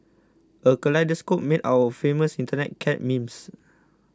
a kaleidoscope made out of famous Internet cat memes